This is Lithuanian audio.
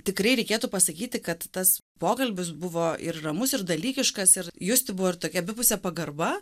tikrai reikėtų pasakyti kad tas pokalbis buvo ir ramus ir dalykiškas ir buvo ir tokia abipusė pagarba